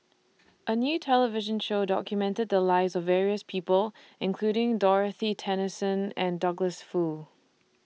A New television Show documented The Lives of various People including Dorothy Tessensohn and Douglas Foo